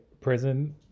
prison